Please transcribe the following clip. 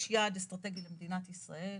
יש יעד אסטרטגי למדינת ישראל